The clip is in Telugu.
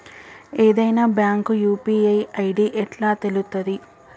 ఏదైనా బ్యాంక్ యూ.పీ.ఐ ఐ.డి ఎట్లా తెలుత్తది?